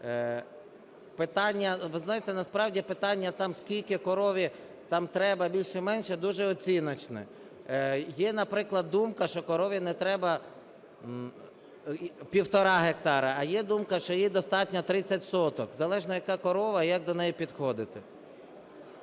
Ви знаєте, насправді, питання, скільки корові треба більше-менше, дуже оціночне. Є, наприклад, думка, що корові не треба півтора гектара, а є думка, що їй достатньо 30 соток. Залежно яка корова і як до неї підходити.